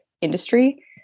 industry